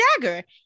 dagger